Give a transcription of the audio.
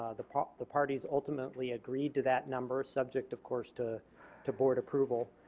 ah the the parties ultimately agreed to that number, subject of course to to board approval.